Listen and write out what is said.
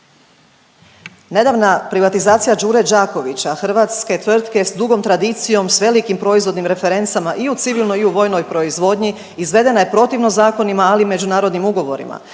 Nedavna privatizacija Đure Đakovića hrvatske tvrtke sa dugom tradicijom, sa velikim proizvodnim referencama i u civilnoj i u vojnoj proizvodnji izvedena je protivno zakonima, ali i međunarodnim ugovorima.